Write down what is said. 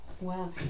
wow